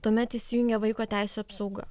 tuomet įsijungia vaiko teisių apsauga